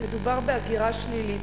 מדובר בהגירה שלילית.